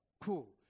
cool